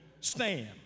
stand